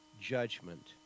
judgment